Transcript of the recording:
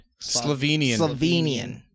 Slovenian